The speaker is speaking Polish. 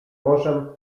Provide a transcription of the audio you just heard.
morzem